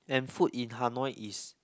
and food in Hanoi is